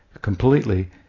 completely